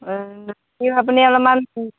কি হয় আপুনি অলপমান